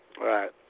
Right